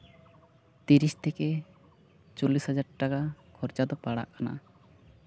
ᱛᱤᱨᱤᱥ ᱛᱷᱮᱠᱮ ᱪᱚᱞᱞᱤᱥ ᱦᱟᱡᱟᱨ ᱴᱟᱠᱟ ᱞᱷᱚᱨᱪᱟ ᱫᱚ ᱯᱟᱲᱟᱜ ᱠᱟᱱᱟ